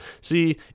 See